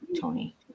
Tony